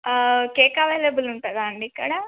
cake available ఉంటుందా అండి ఇక్కడ